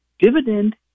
Dividend